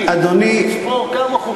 ספור כמה חוקים,